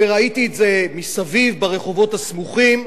וראיתי את זה מסביב, ברחובות הסמוכים,